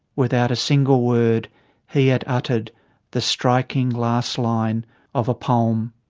without a single word he had uttered the striking last line of a poem.